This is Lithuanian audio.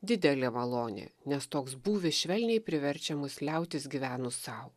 didelė malonė nes toks būvis švelniai priverčia mus liautis gyvenus sau